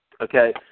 Okay